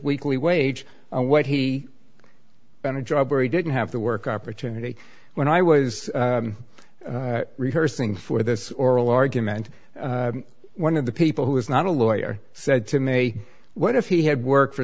weekly wage what he on a job where he didn't have to work opportunity when i was rehearsing for this oral argument one of the people who is not a lawyer said to me a what if he had worked for